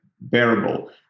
bearable